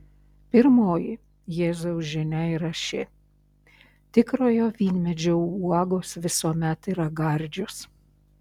pirmoji jėzaus žinia yra ši tikrojo vynmedžio uogos visuomet yra gardžios